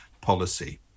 policy